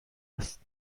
است